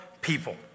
people